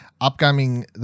upcoming